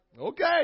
Okay